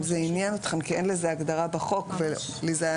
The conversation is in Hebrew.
אם זה עניין אתכם כי אין לזה הגדרה בחוק ולי זה היה